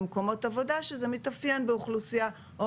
במקומות עבודה שזה מתאפיין באוכלוסייה או